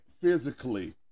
physically